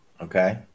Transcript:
Okay